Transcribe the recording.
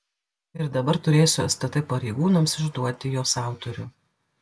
ir dabar turėsiu stt pareigūnams išduoti jos autorių